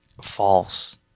False